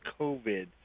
COVID